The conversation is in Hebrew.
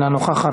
אינה נוכחת,